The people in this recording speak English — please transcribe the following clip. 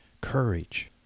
Courage